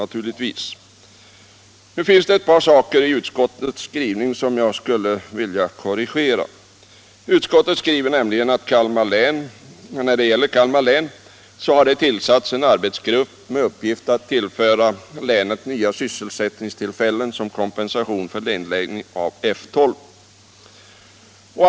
Det finns ett par saker i utskottets skrivning som jag skulle vilja korrigera. Utskottet skriver nämligen när det gäller Kalmar län att det har tillsatts en arbetsgrupp med uppgift att tillföra länet nya sysselsättningstillfällen som kompensation för att F 12 försvinner.